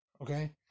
Okay